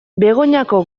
begoñako